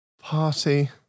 Party